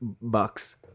bucks